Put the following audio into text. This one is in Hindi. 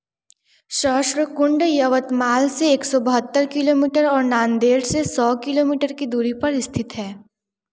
सहस्रकुंड यवतमाल से एक सौ बहत्तर किलो मीटर और नांदेड़ से सौ किलो मीटर की दूरी पर स्थित है